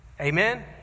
Amen